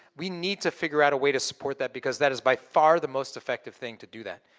we need to figure out a way to support that because that is by far the most effective thing to do that.